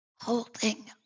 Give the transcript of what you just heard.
holding